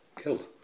killed